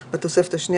התוספת.